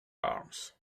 arms